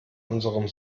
unserem